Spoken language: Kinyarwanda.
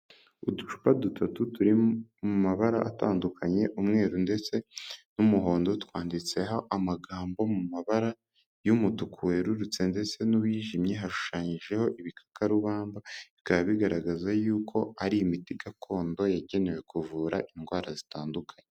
Uducupa dutatu turi mu mabara atandukanye umweru ndetse n'umuhondo, twanditseho amagambo mu mabara y'umutuku werurutse ndetse n'uwijimye, hashushanyijeho ibikarubamba, bikaba bigaragaza yuko ari imiti gakondo, yagenewe kuvura indwara zitandukanye.